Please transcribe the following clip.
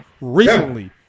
recently